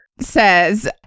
says